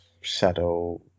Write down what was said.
shadow